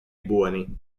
buoni